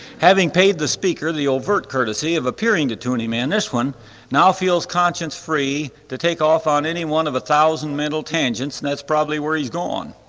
having paid the speaker the overt courtesy of appearing to tune him in this one now feels conscience free to take off on any one of a thousand mental tangents and that's probably where he's gone.